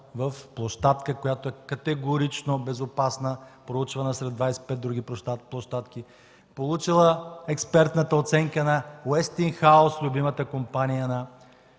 в площадка, която е категорично безопасна, проучвана сред 25 други площадки. Получила експертната оценка на „Уестин хаус” – любимата компания на